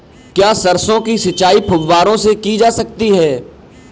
क्या सरसों की सिंचाई फुब्बारों से की जा सकती है?